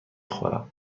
خورم